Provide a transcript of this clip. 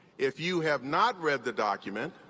if you have not read the document,